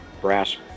brass